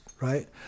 right